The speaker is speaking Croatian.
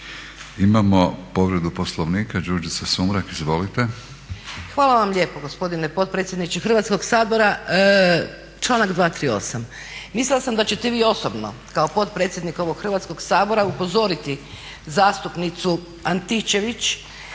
Imamo povredu Poslovnika, Đurđica Sumrak izvolite. **Sumrak, Đurđica (HDZ)** Hvala vam lijepo gospodine potpredsjedniče Hrvatskog sabora. Članak 238. Mislila sam da ćete vi osobno kao potpredsjednik ovog Hrvatskog sabora upozoriti zastupnicu Antičević